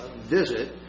visit